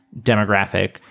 demographic